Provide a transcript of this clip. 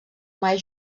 mai